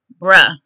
bruh